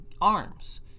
arms